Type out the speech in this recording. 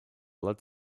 blood